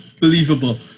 believable